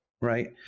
right